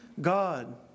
God